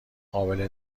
قابل